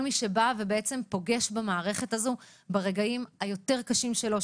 כל מי שפוגש במערכת הזו ברגעים הקשים יותר שלו,